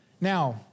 Now